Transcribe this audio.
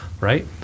right